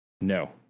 No